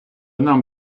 нам